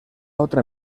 otra